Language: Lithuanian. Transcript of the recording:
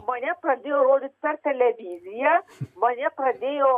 mane pradėjo rodyt per televiziją mane pradėjo